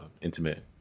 intimate